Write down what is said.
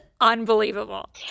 unbelievable